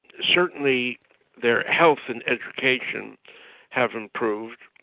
certainly their health and education have improved.